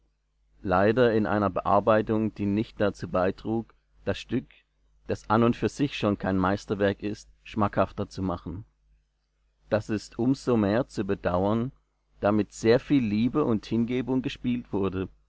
leider in einer bearbeitung die nicht dazu beitrug das stück das an und für sich schon kein meisterwerk ist schmackhafter zu machen das ist um so mehr zu bedauern da mit sehr viel liebe und hingebung gespielt wurde